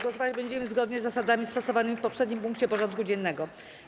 Głosować będziemy zgodnie z zasadami stosowanymi w poprzednim punkcie porządku dziennego.